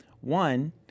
One